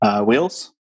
wheels